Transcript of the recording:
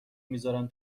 میزارن